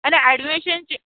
आणि ॲडमिशनची